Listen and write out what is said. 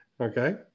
okay